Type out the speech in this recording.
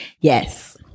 Yes